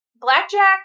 Blackjack